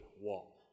wall